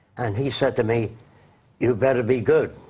and he said to me you better be good,